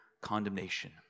condemnation